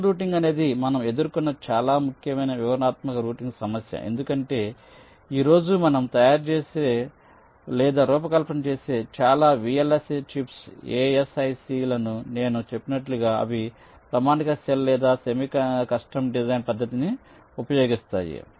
channel routing అనేది మనం ఎదుర్కొన్న చాలా ముఖ్యమైన వివరణాత్మక రౌటింగ్ సమస్య ఎందుకంటే ఈ రోజు మనం తయారుచేసే లేదా రూపకల్పన చేసే చాలా VLSI చిప్స్ ASIC లను నేను చెప్పినట్లుగా అవి ప్రామాణిక సెల్ లేదా సెమీ కస్టమ్ డిజైన్ పద్దతిని ఉపయోగిస్తాయి